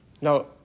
Now